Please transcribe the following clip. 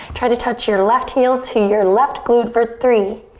try to touch your left heel to your left glute for three,